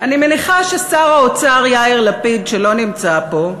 אני מניחה ששר האוצר יאיר לפיד, שלא נמצא פה,